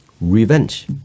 Revenge